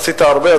עשית הרבה?